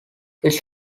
its